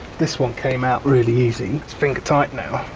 this one came out really easy, it's finger-tight now